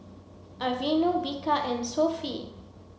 Aveeno Bika and Sofy